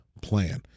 plan